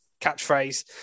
catchphrase